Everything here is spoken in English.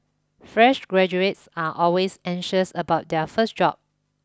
fresh graduates are always anxious about their first job